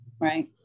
Right